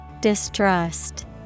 Distrust